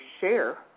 share